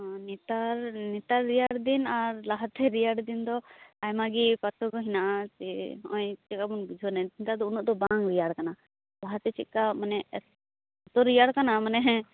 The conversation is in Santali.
ᱚᱸ ᱱᱮᱛᱟᱨ ᱱᱮᱛᱟᱨ ᱨᱮᱭᱟᱲ ᱫᱤᱱ ᱟᱨ ᱞᱟᱦᱟᱛᱮ ᱨᱮᱭᱟᱲ ᱫᱤᱱᱼᱫᱚ ᱟᱭᱢᱟ ᱜᱮ ᱯᱟᱨᱛᱷᱚᱠᱠᱚ ᱫᱚ ᱦᱮᱱᱟᱜ ᱟ ᱡᱮ ᱱᱚᱜ ᱚᱭ ᱪᱮᱠᱟᱵᱚᱱ ᱵᱩᱡᱷᱟ ᱣᱮᱱ ᱱᱮᱛᱟᱨ ᱫᱚ ᱩᱱᱟ ᱜ ᱫᱚ ᱵᱟᱝ ᱨᱮᱭᱟᱲ ᱠᱟᱱᱟ ᱞᱟᱦᱟᱛᱮ ᱪᱮᱫᱠᱟ ᱢᱟᱱᱮ ᱮᱛᱚ ᱨᱮᱭᱟᱲ ᱠᱟᱱᱟ ᱢᱟᱱᱮ